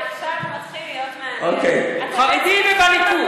עכשיו מתחיל להיות מעניין, חרדי ובליכוד.